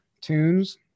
tunes